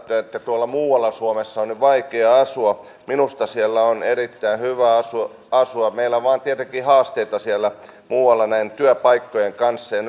tuolla muualla suomessa on vaikea asua minusta siellä on erittäin hyvä asua asua meillä vain on tietenkin haasteita siellä muualla työpaikkojen kanssa ja